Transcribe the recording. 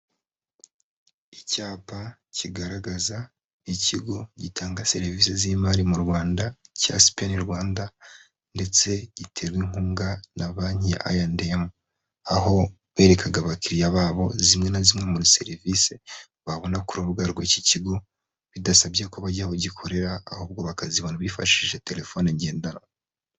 Icyapa kigaragaza ikigo gitanga serivisi z'imari mu Rwanda cya sipeni Rwanda ndetse giterwa inkunga na banki ayendemu, aho berekaga abakiriya babo zimwe na zimwe muri serivisi babona ku rubuga rw'iki kigo bidasabye ko bajya ahogikorera, ahubwo bakazibona bifashishije telefoni ngendanwa.